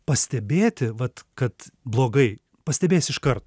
pastebėti vat kad blogai pastebėsi iškarto